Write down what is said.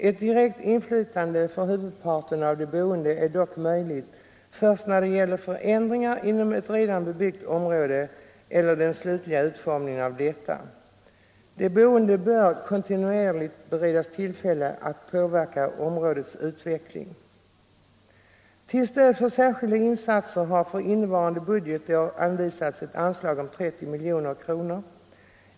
Ett direkt inflytande för huvudparten av de boende är dock möjligt först när det gäller förändringar inom ett redan bebyggt område, eller den slutliga utformningen av detta. De boende bör kontinuerligt beredas tillfälle att påverka områdets utveckling. Till stöd för särskilda insatser har för innevarande budgetår anvisats ett anslag om 30 miljoner kronor.